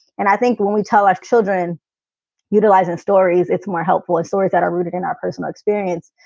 and i think when we tell our children utilizing stories, it's more helpful as stories that are rooted in our personal experience.